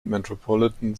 metropolitan